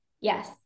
yes